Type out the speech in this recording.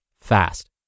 fast